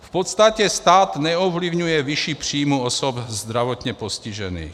V podstatě stát neovlivňuje výši příjmů osob zdravotně postižených.